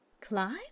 Clyde